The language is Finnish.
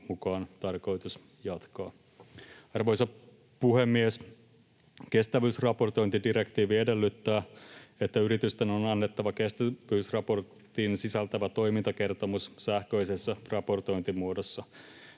mukaan tarkoitus jatkaa. Arvoisa puhemies! Kestävyysraportointidirektiivi edellyttää, että yritysten on annettava kestävyysraportin sisältävä toimintakertomus sähköisessä raportointimuodossa.